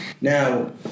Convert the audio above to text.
Now